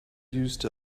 used